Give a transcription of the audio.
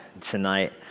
tonight